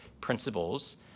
principles